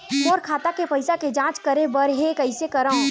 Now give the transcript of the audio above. मोर खाता के पईसा के जांच करे बर हे, कइसे करंव?